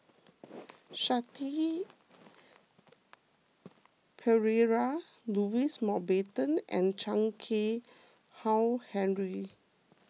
Shanti Pereira Louis Mountbatten and Chan Keng Howe Harry